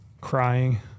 crying